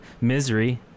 misery